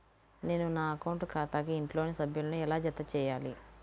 నేను నా అకౌంట్ ఖాతాకు ఇంట్లోని సభ్యులను ఎలా జతచేయాలి?